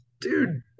Dude